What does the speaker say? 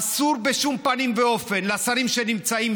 אסור בשום פנים ואופן לשרים שנמצאים